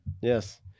Yes